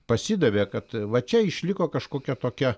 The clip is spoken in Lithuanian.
pasidavė kad va čia išliko kažkokia tokia